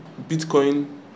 Bitcoin